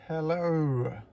Hello